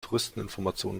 touristeninformation